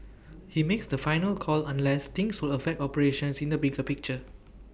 he makes the final call unless things will affect operations in the bigger picture